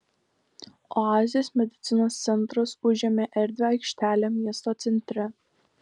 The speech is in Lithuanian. oazės medicinos centras užėmė erdvią aikštelę miesto centre